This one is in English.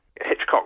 Hitchcock